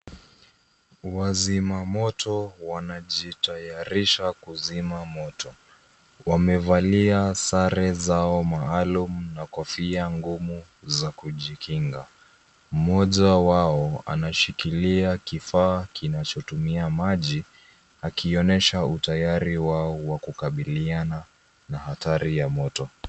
Wazima moto wanajitayarisha kuzima moto. Wamevalia sare zao maalum na kofia ngumu za kujikinga. Mmoja wao anashikilia kifaa kinachotumia maji akionyesha utayari wao wa kukabiliana na athari ya moto.